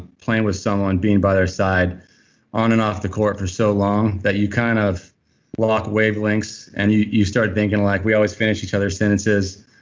playing with someone, being by their side on and off the court for so long, that you kind of lock wavelengths and you you start thinking like we always finish each other's sentences.